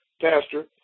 Pastor